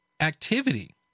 activity